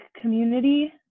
community